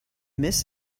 miss